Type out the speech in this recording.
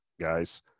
guys